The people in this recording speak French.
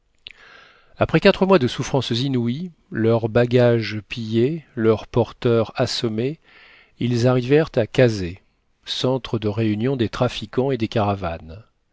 après quatre mois de souffrances inouïes leurs bagages pillés leurs porteurs assommés ils arrivèrent à kazeh centre de réunion des trafiquants et des caravanes